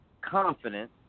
confident